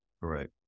Right